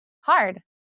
hard